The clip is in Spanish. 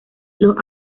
los